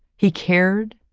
he cared